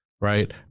right